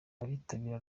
abitabira